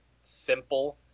simple